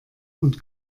und